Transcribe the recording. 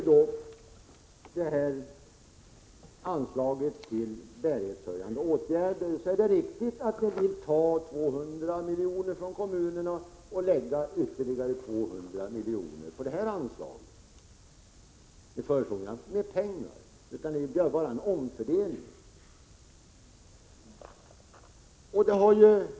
Vad gäller anslaget till bärighetshöjande åtgärder är det riktigt att det blir kvar 200 milj.kr. från kommunerna, och man vill därför lägga ytterligare 200 milj.kr. på detta anslag. Det fordrar inte mer pengar, utan det är bara en omfördelning.